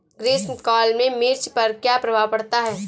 ग्रीष्म काल में मिर्च पर क्या प्रभाव पड़ता है?